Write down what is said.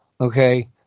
okay